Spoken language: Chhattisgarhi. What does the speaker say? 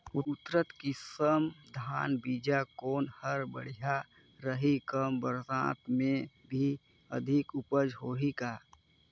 उन्नत किसम धान बीजा कौन हर बढ़िया रही? कम बरसात मे भी अधिक उपज होही का?